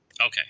Okay